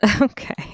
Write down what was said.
Okay